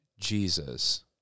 Jesus